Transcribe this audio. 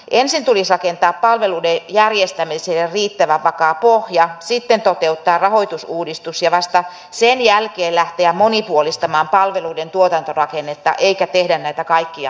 ensin tulisi rakentaa palveluiden järjestämiselle riittävän vakaa pohja sitten toteuttaa rahoitusuudistus ja vasta sen jälkeen lähteä monipuolistamaan palveluiden tuotantorakennetta eikä tehdä näitä kaikkia kerralla